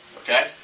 Okay